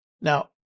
Now